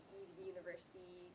university